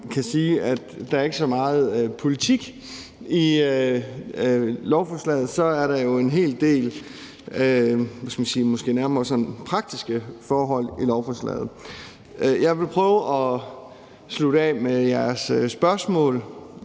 kan sige, at der ikke er så meget politik i lovforslaget, men så er der jo måske nærmere en hel del sådan praktiske forhold i lovforslaget. Jeg vil prøve at slutte af med de spørgsmål,